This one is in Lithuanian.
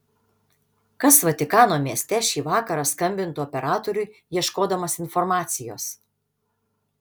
kas vatikano mieste šį vakarą skambintų operatoriui ieškodamas informacijos